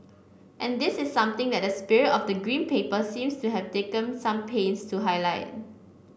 and this is something that the spirit of the Green Paper seems to have taken some pains to highlight